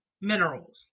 minerals